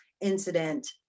incident